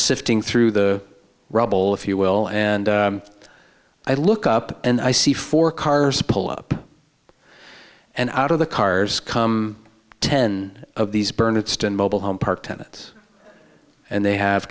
sifting through the rubble if you will and i look up and i see four cars pull up and out of the cars come ten of these burned it's ten mobile home park tenants and they have